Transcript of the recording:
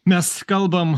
mes kalbam